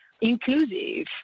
inclusive